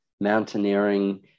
mountaineering